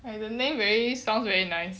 like the name very sounds very nice